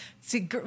See